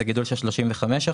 זה גידול של 35 אחוזים.